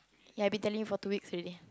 ya I've been telling you for two weeks already